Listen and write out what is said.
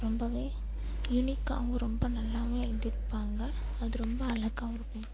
ரொம்பவே யூனிக்காகவும் ரொம்ப நல்லாவும் எழுதி இருப்பாங்க அது ரொம்ப அழகாவும் இருக்கும்